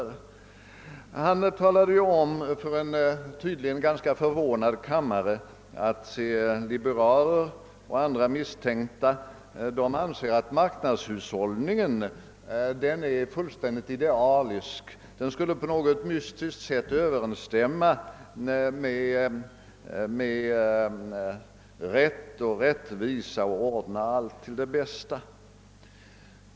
Statsministern talade om för en tydligen ganska förvånad kammare att liberaler och andra misstänkta anser att marknadshushållningen är fullständigt idealisk. Den skulle på något mystiskt sätt överensstämma med rätt och rättvisa samt ordna allt till det bästa.